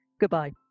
Goodbye